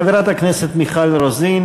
חברת הכנסת מיכל רוזין.